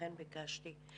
לכן ביקשתי.